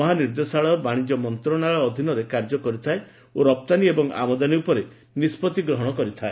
ମହାନିର୍ଦ୍ଦେଶାଳୟ ବାଣିଜ୍ୟ ମନ୍ତ୍ରଣାଳୟ ଅଧୀନରେ କାର୍ଯ୍ୟ କରିଥାଏ ଓ ରପ୍ତାନୀ ଏବଂ ଆମଦାନୀ ଉପରେ ନିଷ୍ପଭି ଗ୍ରହଣ କରିଥାଏ